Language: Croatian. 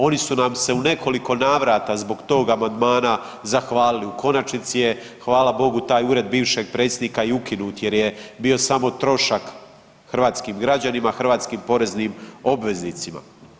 Oni su nam se u nekoliko navrata zbog tog amandmana zahvalili, u konačnici je, hvala Bogu, taj ured bivšeg predsjednika i ukinut jer je bio samo trošak hrvatskim građanima, hrvatskim poreznim obveznicima.